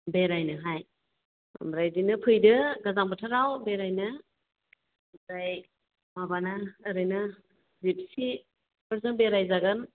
बेरायनोहाय आमफ्राय बिदिनो फैदो गोजां बोथोराव बेरायनो आमफ्राय माबाना ओरैनो जिपसिफोरजों बेराय जागोन